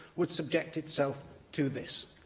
would subject itself to this.